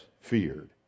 feared